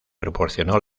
proporcionó